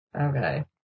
okay